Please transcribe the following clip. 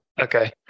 okay